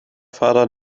fahrer